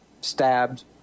stabbed